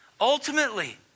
Ultimately